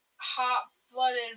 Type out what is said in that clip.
hot-blooded